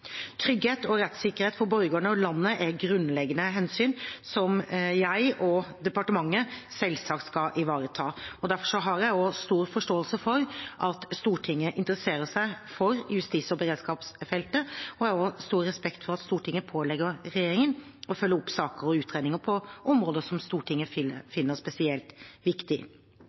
Trygghet og rettssikkerhet for borgerne og landet er grunnleggende hensyn som jeg og departementet selvsagt skal ivareta. Derfor har jeg stor forståelse for at Stortinget interesserer seg for justis- og beredskapsfeltet, og jeg har også stor respekt for at Stortinget pålegger regjeringen å følge opp saker og utredninger på områder som Stortinget finner spesielt